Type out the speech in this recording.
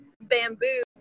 bamboo